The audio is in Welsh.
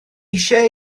eisiau